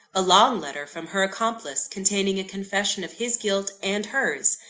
a long letter from her accomplice, containing a confession of his guilt and hers.